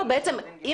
אם